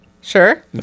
Sure